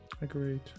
Agreed